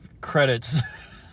credits